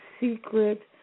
secret